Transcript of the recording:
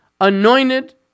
anointed